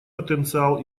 потенциал